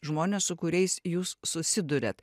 žmonės su kuriais jūs susiduriat